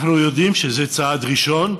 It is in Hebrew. אנחנו יודעים שזה צעד ראשון,